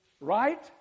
right